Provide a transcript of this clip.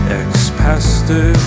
ex-pastor